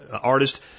artist